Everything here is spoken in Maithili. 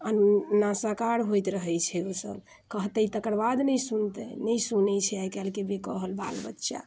अऽ नासाकार होइत रहै छै ओ सभ कहतै तकर बाद ने सुनतै नहि सुनै छै आइ काल्हि कहल बाल बच्चा